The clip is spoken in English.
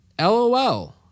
LOL